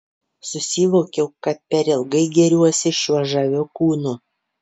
susivokiau kad per ilgai gėriuosi šiuo žaviu kūnu